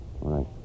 right